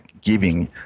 giving